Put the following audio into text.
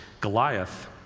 Goliath